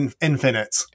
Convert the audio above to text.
infinite